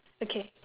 okay